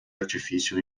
artifício